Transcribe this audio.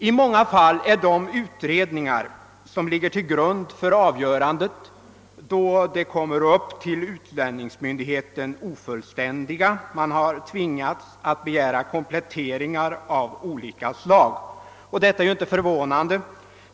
I många fall är de utredningar som ligger till grund för avgörandet ofullständiga då de kommer upp till utlänningsmyndigheten. Man har tvingats begära kompletteringar av olika slag. Detta är inte förvånande.